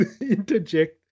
interject